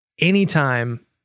anytime